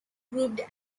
grouped